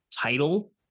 title